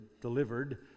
delivered